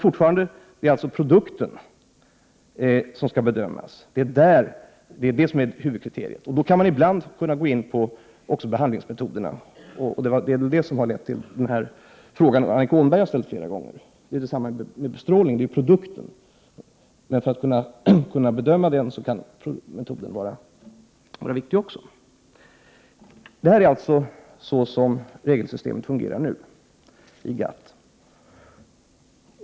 Fortfarande är det alltså produkten som skall bedömas. Det är huvudkriteriet. Då kan man ibland också gå in på behandlingsmetoderna. Det är väl det som har lett till den fråga som Annika Åhnberg har ställt flera gånger. Detsamma gäller bestrålning av livsmedel. Det är produkten som skall bedömas, men metoden kan också vara viktig i bedömningen. På det sättet fungerar alltså regelsystemet inom GATT.